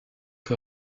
que